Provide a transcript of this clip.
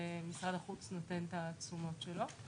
ומשרד החוץ נותן את התשומות שלו.